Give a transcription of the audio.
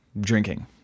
drinking